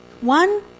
One